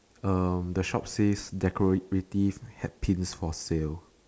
uh the shop says decorative hairpins for sale